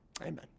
Amen